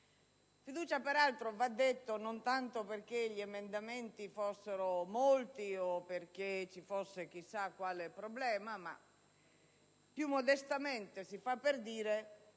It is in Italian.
la fiducia, peraltro (va detto), non tanto perché gli emendamenti fossero molti o perché ci fosse chissà quale problema, ma più modestamente - si fa per dire